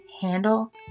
handle